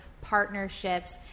Partnerships